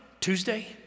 Tuesday